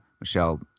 Michelle